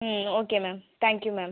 ம் okay ma'am thank you ma'am